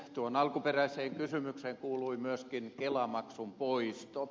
tuohon alkuperäiseen kysymykseen kuului myöskin kelamaksun poisto